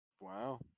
Wow